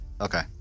Okay